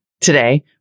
today